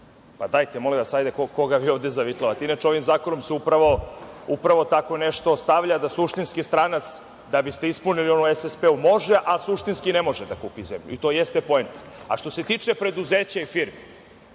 dajte molim vas, koga vi ovde zavitlavate? Inače, ovim zakonom se upravo tako nešto stavlja da suštinski stranac, da bi ste ispunili ono u SSP može, a suštinski ne može da kupi zemlju i to jeste poenta. Što se tiče preduzeća i firmi,